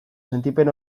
sentipen